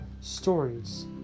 stories